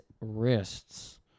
wrists